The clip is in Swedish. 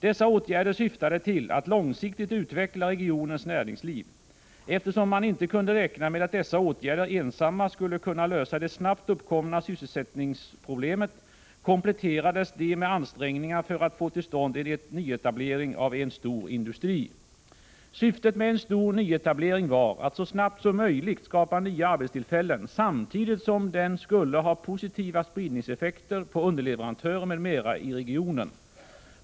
Dessa åtgärder syftade till att långsiktigt utveckla regionens näringsliv. Eftersom man inte kunde räkna med att dessa åtgärder ensamma skulle kunna lösa det snabbt uppkommande sysselsättningsproblemet, kompletterades de med ansträngningar för att få till stånd en nyetablering av en stor industri. Syftet med en stor nyetablering var att så snabbt som möjligt skapa nya arbetstillfällen samtidigt som den skulle ha positiva spridningseffekter på underleverantörer m.m. i regionen.